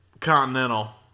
Continental